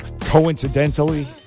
coincidentally